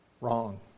Wrong